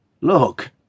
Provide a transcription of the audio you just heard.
Look